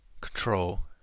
control